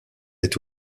est